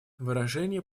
выражение